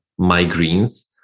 migraines